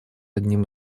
одним